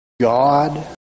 God